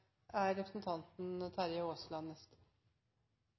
Er representanten